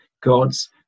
God's